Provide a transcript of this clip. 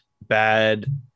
bad